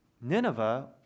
Nineveh